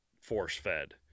force-fed